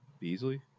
Beasley